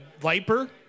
Viper